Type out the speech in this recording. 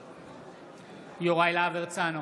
בעד יוראי להב הרצנו,